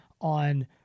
on